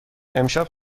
امشب